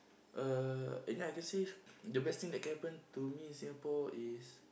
uh ya I can say the best thing that can happen to me in Singapore is